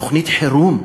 תוכנית חירום,